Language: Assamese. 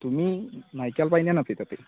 তুমি নাৰকেল পাই না নাপাই তাতে